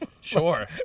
Sure